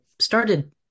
started